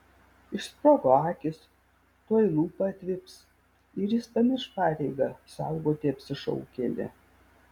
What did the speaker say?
išsprogo akys tuoj lūpa atvips ir jis pamirš pareigą saugoti apsišaukėlį